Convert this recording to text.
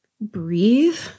breathe